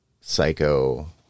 Psycho